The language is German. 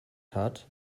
hat